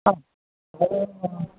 അ